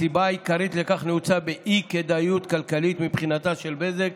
הסיבה העיקרית לכך נעוצה באי-כדאיות כלכלית מבחינתה של בזק,